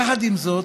יחד עם זאת,